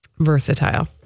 Versatile